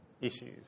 issues